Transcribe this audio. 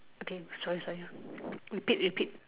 okay sorry sorry ah repeat repeat